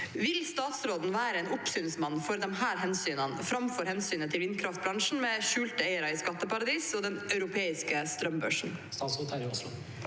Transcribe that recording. Vil statsråden være en oppsynsmann for disse hensynene framfor hensynene til vindkraftbransjen, med skjulte eiere i skatteparadis, og den europeiske strømbørsen?» Statsråd Terje Aasland